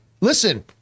listen